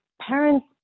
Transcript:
parents